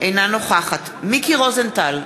אינה נוכחת מיקי רוזנטל,